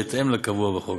בהתאם לקבוע בחוק